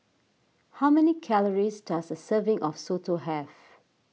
how many calories does a serving of Soto have